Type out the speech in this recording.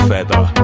Feather